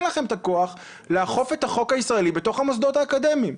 לכם את הכוח לאכוף את החוק הישראלי בתוך המוסדות האקדמיים.